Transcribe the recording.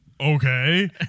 okay